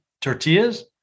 tortillas